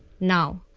now,